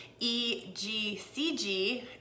EGCG